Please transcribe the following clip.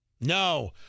No